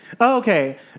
Okay